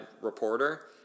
reporter